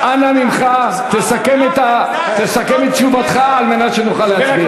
אז אנא ממך, סכם את תשובתך כדי שנוכל להצביע.